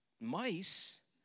mice